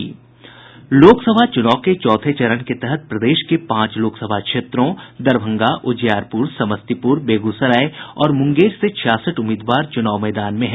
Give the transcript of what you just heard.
लोकसभा चूनाव के चौथे चरण के तहत प्रदेश के पांच लोकसभा क्षेत्रों दरभंगा उजियारपुर समस्तीपुर बेगूसराय और मुंगेर से छियासठ उम्मीदवार चूनाव मैदान में हैं